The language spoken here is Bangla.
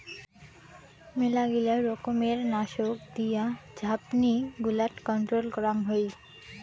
মেলগিলা রকমের নাশক দিয়া ঝাপনি গুলাট কন্ট্রোল করাং হই